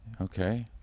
Okay